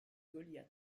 goliath